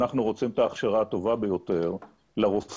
אנחנו רוצים את ההכשרה הטובה ביותר לרופאים,